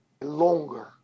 longer